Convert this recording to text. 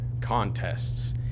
contests